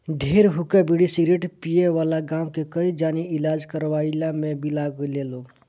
ढेर हुक्का, बीड़ी, सिगरेट पिए वाला गांव के कई जानी इलाज करवइला में बिला गईल लोग